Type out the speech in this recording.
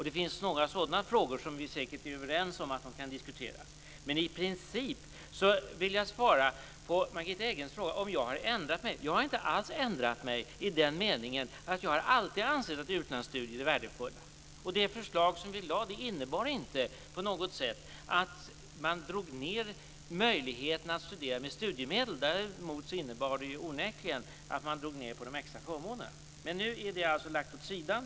Det finns några sådana frågor som vi säkert är överens om att de kan diskuteras. Men i princip vill jag svara på Margitta Edgrens fråga om jag har ändrat mig att jag inte alls har ändrat mig i den meningen att jag alltid har ansett att utlandsstudier är värdefulla. Det förslag som vi lade fram innebar inte på något sätt att vi minskade möjligheterna att studera med studiemedel. Däremot innebar det onekligen att vi drog ned på de extra förmånerna. Men nu är detta förslag alltså lagt åt sidan.